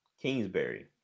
Kingsbury